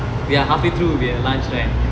we are halfway through we have lunch right